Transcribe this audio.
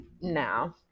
No